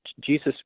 Jesus